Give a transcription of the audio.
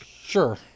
Sure